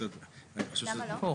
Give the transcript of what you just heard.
למה לא?